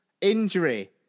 injury